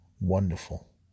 wonderful